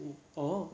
oh